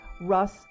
Russ